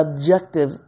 objective